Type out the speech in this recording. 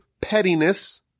pettiness